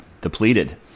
depleted